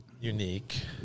unique